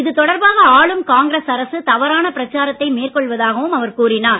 இதுதொடர்பாக ஆளும் காங்கிரஸ் அரசு தவறான பிரச்சாரத்தை மேற்கொள்வதாகக் கூறினார்